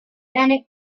and